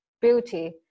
beauty